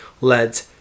led